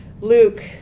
Luke